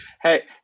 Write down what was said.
Hey